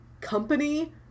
company